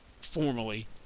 formally